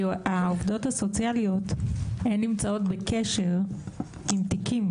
העובדות הסוציאליות הן נמצאות בקשר עם תיקים